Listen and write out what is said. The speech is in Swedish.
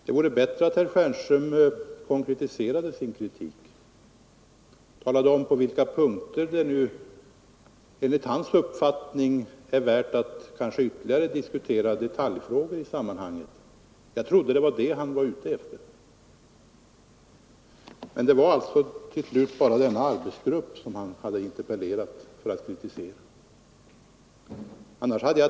Det vore bättre att herr Stjernström konkretiserade sin kritik och talade om på vilka punkter det enligt hans uppfattning är värt att ytterligare diskutera detaljfrågor. Jag trodde att det var detta han var ute efter.